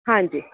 ਹਾਂਜੀ